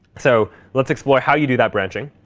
so let's explore how you do that branching.